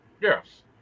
Yes